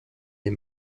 les